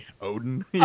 Odin